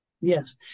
Yes